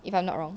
if I'm not wrong